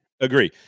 Agree